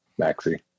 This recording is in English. Maxi